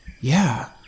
Yeah